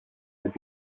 and